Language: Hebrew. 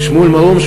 שמואל מרום,